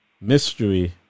Mystery